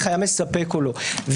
מספק או לא.